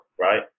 right